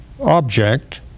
object